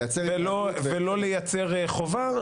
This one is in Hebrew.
ולא לייצר חובה.